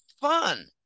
fun